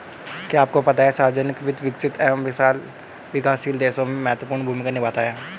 क्या आपको पता है सार्वजनिक वित्त, विकसित एवं विकासशील देशों में महत्वपूर्ण भूमिका निभाता है?